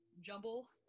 jumble